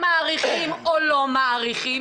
מאריכים או לא מאריכים,